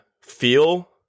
feel